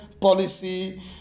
policy